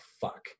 fuck